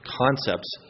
concepts